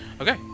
Okay